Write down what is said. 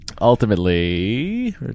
Ultimately